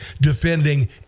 defending